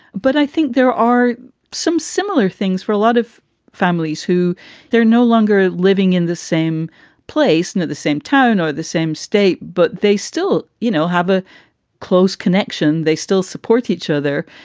but i think there are some similar things for a lot of families who they're no longer living in the same place and at the same tone or the same state. but they still, you know, have a close connection. they still support each other.